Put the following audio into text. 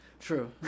True